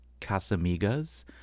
Casamigas